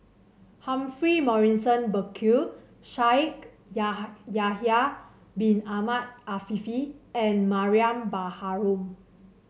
Humphrey Morrison Burkill Shaikh Yahya Bin Ahmed Afifi and Mariam Baharom